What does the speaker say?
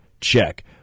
Check